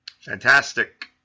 fantastic